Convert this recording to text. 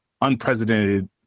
unprecedented